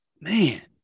man